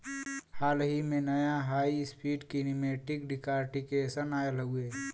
हाल ही में, नया high speed kinematic decortication oil हउवे